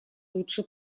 лучше